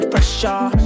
Pressure